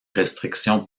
restrictions